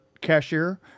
cashier